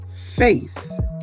faith